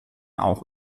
auch